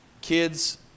kids